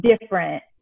different